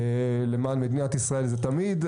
למען מדינת ישראל זה תמיד,